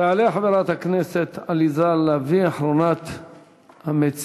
תעלה חברת הכנסת עליזה לביא, אחרונת המציעים.